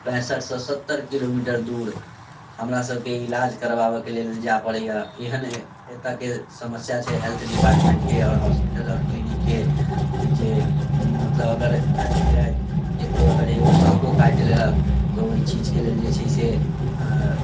पैंसठिसँ सत्तरि किलोमीटर दूर हमरासभके इलाज करवाबयके लेल जाय पड़ैए एहने एतयके समस्या छै हेल्थ डिपार्टमेन्टके आओर हॉस्पिटल आओर क्लिनिकके जे मतलब अगर राति बिराति ककरो अगर एगो सांपो काटि लेलक तऽ ओहि चीजके लेल जे छै से